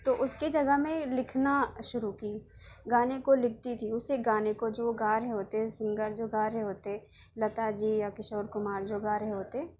تو اس کی جگہ میں لکھنا شروع کی گانے کو لکھتی تھی اسے گانے کو جو وہ گا رہے ہوتے سنگر جو گا رہے ہوتے لتا جی یا کشور کمار جو گا رہے ہوتے